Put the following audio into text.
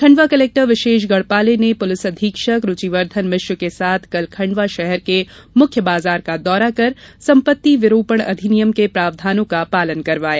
Khandwa collector Vishesh Garhpale ने police अधीक्षक रूचिवर्द्वन मिश्र के साथ कल खंडवा शहर के मुख्य बाजार का दौरा कर संपत्ति विरूपण अधिनियम के प्रावधानों का पालन करवाया